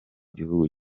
gihugu